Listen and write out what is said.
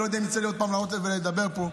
אני לא יודע אם יצא לי עוד פעם לעלות ולדבר פה.